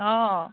অঁ